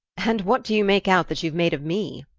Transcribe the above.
and what do you make out that you've made of me?